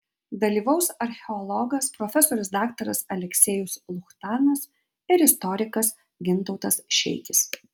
dalyvaus archeologas profesorius daktaras aleksejus luchtanas ir istorikas gintautas šeikis